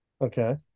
Okay